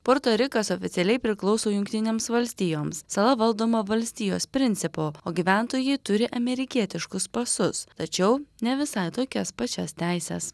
puerto rikas oficialiai priklauso jungtinėms valstijoms sala valdoma valstijos principu o gyventojai turi amerikietiškus pasus tačiau ne visai tokias pačias teises